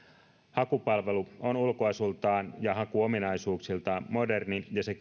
hakupalvelu on ulkoasultaan ja hakuominaisuuksiltaan moderni ja se